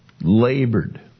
labored